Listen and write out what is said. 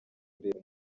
imbere